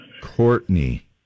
Courtney